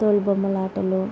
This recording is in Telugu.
తోలు బొమ్మలాటలు